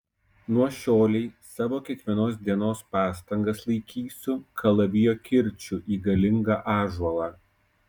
nuo šiolei savo kiekvienos dienos pastangas laikysiu kalavijo kirčiu į galingą ąžuolą